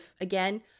Again